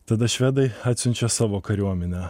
tada švedai atsiunčia savo kariuomenę